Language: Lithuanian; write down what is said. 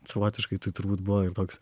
savotiškai tai turbūt buvo ir toks